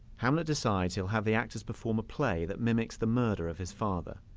hamlet decides he'll have the actors perform a play that mimics the murder of his father.